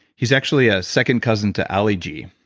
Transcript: he's actually a second cousin to ali gee.